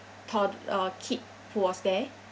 tod~ uh kid who was there